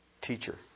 teacher